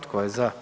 Tko je za?